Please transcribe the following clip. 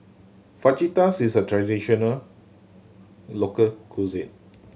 fajitas is a traditional local cuisine